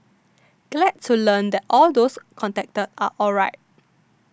glad to learn that all those contacted are alright